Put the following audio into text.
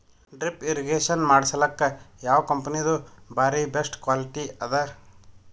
Drip irrigation ಮಾಡಸಲಕ್ಕ ಯಾವ ಕಂಪನಿದು ಬಾರಿ ಬೆಸ್ಟ್ ಕ್ವಾಲಿಟಿ ಅದ?